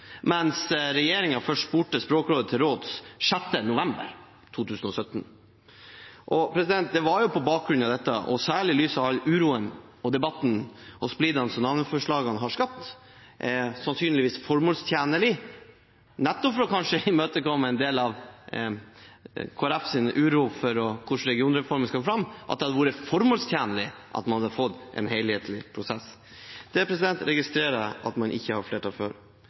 mens regjeringen først spurte Språkrådet til råds 6. november 2017. Det hadde jo på bakgrunn av dette, og særlig i lys av all uroen og debatten og den splid som navneforslagene har skapt, sannsynligvis vært formålstjenlig – nettopp for kanskje å imøtekomme en del av Kristelig Folkepartis uro for hvordan regionreformen skal stå fram – at man hadde fått en helhetlig prosess. Det registrerer jeg at man ikke har flertall